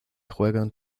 juegan